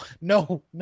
no